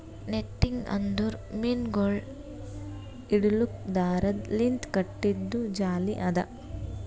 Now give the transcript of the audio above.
netting ಅಂದುರ್ ಮೀನಗೊಳ್ ಹಿಡಿಲುಕ್ ದಾರದ್ ಲಿಂತ್ ಕಟ್ಟಿದು ಜಾಲಿ ಅದಾ